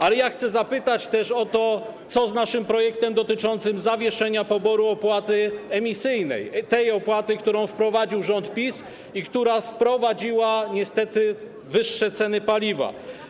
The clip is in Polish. Ale chcę zapytać też o to, co z naszym projektem dotyczącym zawieszenia poboru opłaty emisyjnej, tej opłaty, którą wprowadził rząd PiS i która oznacza niestety wyższe ceny paliwa.